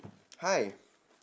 hi